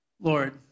Lord